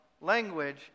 language